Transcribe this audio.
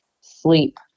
Sleep